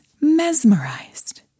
mesmerized